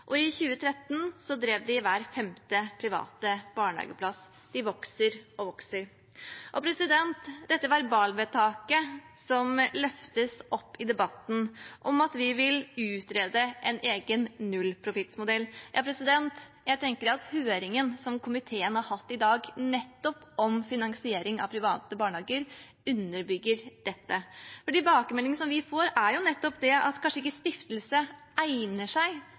I 2013 drev de hver femte private barnehageplass. De vokser og vokser. Når det gjelder verbalvedtaket som løftes fram i debatten, om at vi vil utrede en egen nullprofittsmodell, tenker jeg at høringen som komiteen har hatt i dag om finansiering av private barnehager, underbygger dette. De tilbakemeldingene som vi får, er nettopp at stiftelse kanskje ikke egner seg